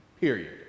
period